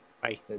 bye